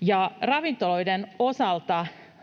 ja ravintoloiden osalta